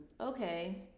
Okay